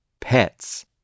Pets